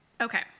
Okay